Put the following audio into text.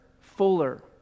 fuller